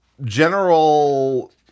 general